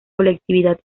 colectividad